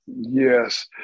Yes